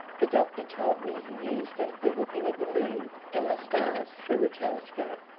the doctor told me he used it for looking at the moon and the stars through a telescope.